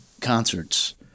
concerts